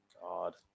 God